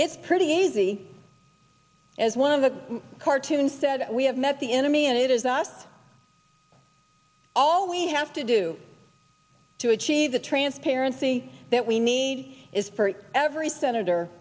it's pretty easy as one of the cartoons said we have met the enemy and it is us all we have to do to achieve the transparency that we need is for every senator